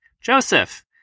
Joseph